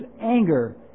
anger